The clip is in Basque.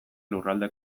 lurralde